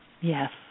Yes